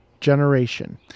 generation